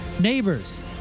Neighbors